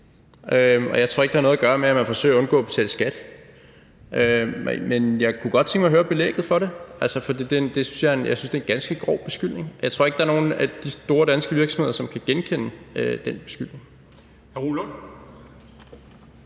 og jeg tror ikke, det har noget at gøre med, at man forsøger at undgå at betale skat. Men jeg kunne godt tænke mig at høre belægget, for jeg synes, det er en ganske grov beskyldning. Jeg tror ikke, der er nogen af de store danske virksomheder, som kan genkende den beskyldning.